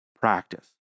practice